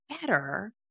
better